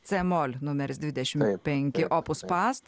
c mol numeris dvidešim penki opus past